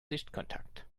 sichtkontakt